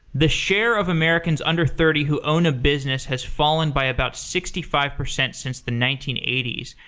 the share of americans under thirty who own a business has fallen by about sixty five percent since the nineteen eighty s.